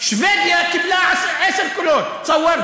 שבדיה קיבלה עשרה קולות,